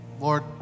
Lord